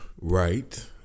right